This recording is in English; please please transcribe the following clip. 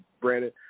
Brandon